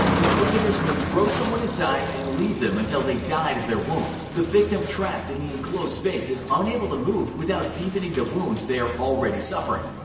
inquisitors may throw someone inside and leave them until they died of their wounds, the victim trapped in the enclosed space and unable to move without deepening the wounds they are already suffering.